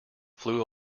flew